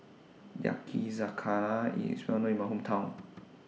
Yakizakana IS Well known in My Hometown